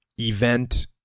event